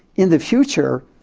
in the future,